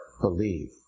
believe